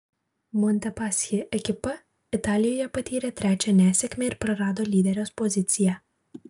montepaschi ekipa italijoje patyrė trečią nesėkmę ir prarado lyderės poziciją